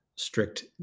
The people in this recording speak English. strict